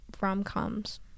rom-coms